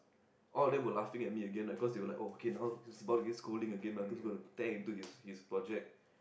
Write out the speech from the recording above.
all of them were laughing at me again like cause they were like oh okay now he's about to get scolding again lah cause he's gonna tear into his his project